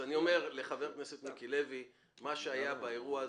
לחבר הכנסת מיקי לוי שמה שהיה באירוע הזה,